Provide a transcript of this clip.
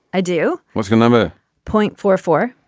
i do. what's your number point four four.